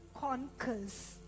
conquers